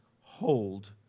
Hold